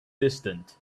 distant